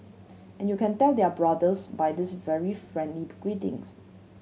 and you can tell they are brothers by this very friendly greetings